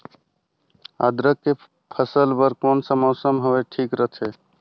अदरक के फसल बार कोन सा मौसम हवे ठीक रथे?